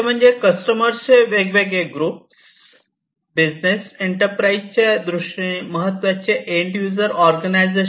ते म्हणजे कस्टमर्स चे वेगवेगळे ग्रुप बिझनेस एंटरप्राइजच्या दृष्टीने महत्त्वाचे एंड युजर ऑर्गनायझेशन